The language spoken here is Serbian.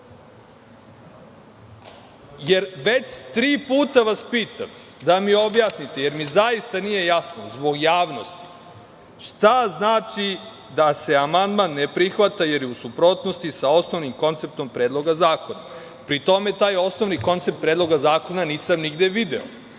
jer već tri puta vas pitam da mi objasnite, jer mi zaista nije jasno zbog javnosti, šta znači da se amandman ne prihvat, jer je u suprotnosti sa osnovnim konceptom Predloga zakona. Pri tome, taj osnovni koncept Predloga zakona nisam nigde video. Opet